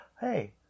hey